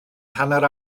hanner